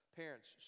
parents